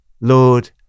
Lord